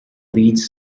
leeds